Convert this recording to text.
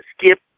skip